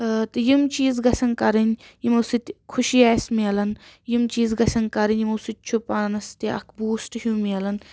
تہٕ یِم چیٖز گژھن کرٕنۍ یِمو سۭتۍ خوشی آسہ مِلان یم چیٖز گژھن کَرٕنۍ یِمو سۭتۍ چھُ پانَس تہِ اکھ بوٗسٹہٕ ہیٚو مِلان